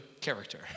character